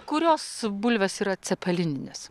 kurios bulvės iyra cepelininės